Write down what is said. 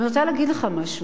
אבל אני רוצה להגיד לך משהו.